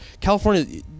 California